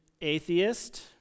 atheist